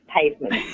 pavement